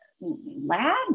lab